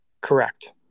Correct